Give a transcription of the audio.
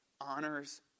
honors